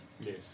Yes